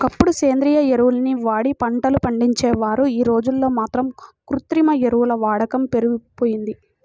ఒకప్పుడు సేంద్రియ ఎరువుల్ని వాడి పంటలు పండించేవారు, యీ రోజుల్లో మాత్రం కృత్రిమ ఎరువుల వాడకం పెరిగిపోయింది